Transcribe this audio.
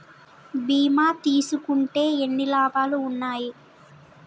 బీమా తీసుకుంటే ఎన్ని లాభాలు ఉన్నాయి?